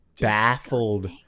baffled